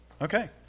okay